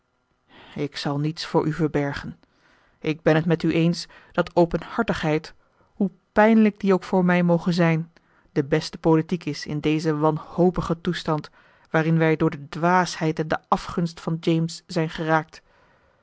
ik zal niets voor u verbergen ik ben het met u eens dat openhartigheid hoe pijnlijk die ook voor mij moge zijn de beste politiek is in dezen wanhopigen toestand waarin wij door de dwaasheid en de afgunst van james zijn geraakt